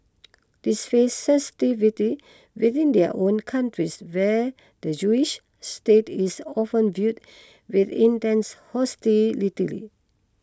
they face sensitivity within their own countries where the Jewish state is often viewed with intense hostility